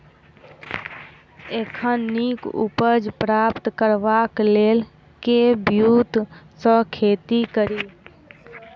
एखन नीक उपज प्राप्त करबाक लेल केँ ब्योंत सऽ खेती कड़ी?